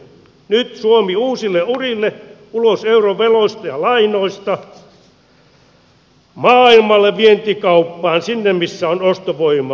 nyt suomi uusille urille ulos euroveloista ja lainoista maailmalle vientikauppaan sinne missä on ostovoimaa